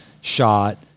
shot